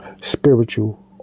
Spiritual